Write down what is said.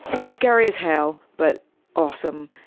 scary as hell, but awesome.